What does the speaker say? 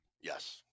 Yes